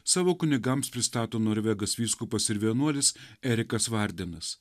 savo kunigams pristato norvegas vyskupas ir vienuolis erikas vardenas